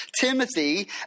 Timothy